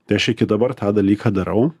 tai aš iki dabar tą dalyką darau